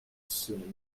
soon